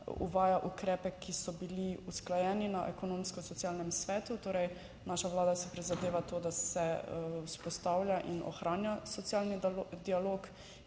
uvaja ukrepe, ki so bili usklajeni na Ekonomsko-socialnem svetu, torej naša vlada si prizadeva za to, da se vzpostavlja in ohranja socialni dialog.